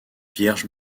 vierge